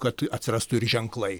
kad atsirastų ir ženklai